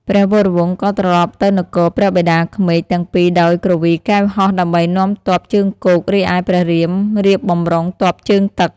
ព្រះវរវង្សក៏ត្រឡប់ទៅនគរព្រះបិតាក្មេកទាំងពីរដោយគ្រវីកែវហោះដើម្បីនាំទ័ពជើងគោក រីឯព្រះរៀមរៀបបម្រុងទ័ពជើងទឹក។